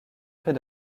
près